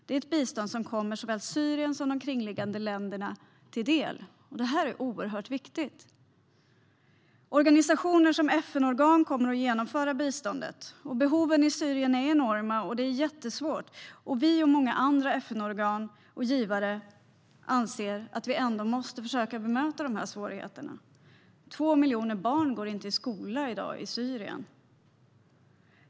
Det är ett bistånd som kommer såväl Syrien som de kringliggande länderna till del. Detta är oerhört viktigt. Olika FN-organ kommer att hantera biståndet. Behoven i Syrien är enorma, och läget är jättesvårt. Vi och många andra givare anser att vi ändå måste försöka att möta dessa svårigheter. Det är i dag 2 miljoner barn i Syrien som inte går i skolan.